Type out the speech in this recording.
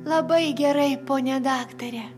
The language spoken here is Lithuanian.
labai gerai pone daktare